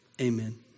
Amen